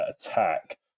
attack